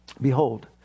Behold